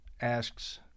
asks